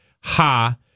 ha